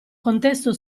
contesto